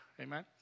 Amen